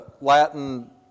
Latin